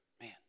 man